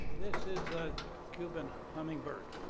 this is a cuban hummingbird.